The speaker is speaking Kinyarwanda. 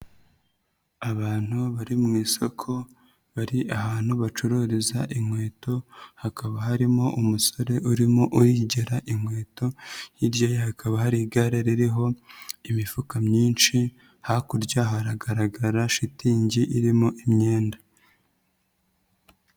Abantu bari mu isoko bari ahantu bacururiza inkweto, hakaba harimo umusore urimo urigera inkweto, hirya hakaba hari igare ririho imifuka myinshi, hakurya haragaragara shitingi irimo imyenda.